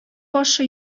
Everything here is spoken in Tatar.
башы